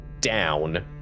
down